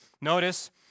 Notice